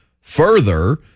further